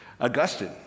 Augustine